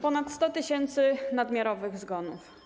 Ponad 100 tys. nadmiarowych zgonów.